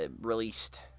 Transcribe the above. released